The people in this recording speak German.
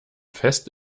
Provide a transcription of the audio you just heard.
fest